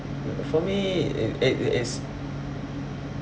for me it it is